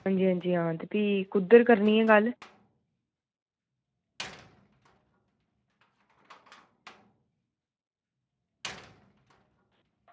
हां जी हां जी हां ते भी कुद्धर करनी ऐ गल्ल